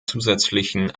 zusätzlichen